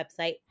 website